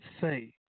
say